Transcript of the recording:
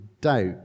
doubt